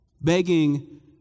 begging